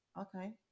Okay